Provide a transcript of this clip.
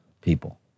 people